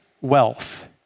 wealth